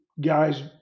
guys